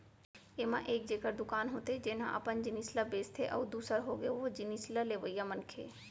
ऐमा एक जेखर दुकान होथे जेनहा अपन जिनिस ल बेंचथे अउ दूसर होगे ओ जिनिस ल लेवइया मनखे